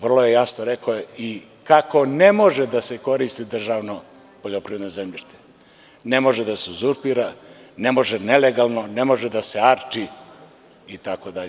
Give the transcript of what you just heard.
Vrlo jasno je rečeno kako ne može da se koristi državno poljoprivredno zemljište, ne može da se uzurpira, ne može nelegalno, ne može da se arči itd.